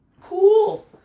Cool